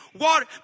water